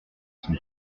son